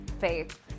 Faith